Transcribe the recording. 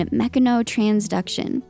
mechanotransduction